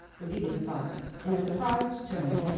repeated the father, in a surprised tone.